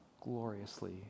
gloriously